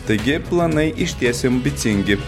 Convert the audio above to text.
taigi planai išties imbicingi